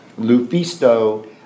Lufisto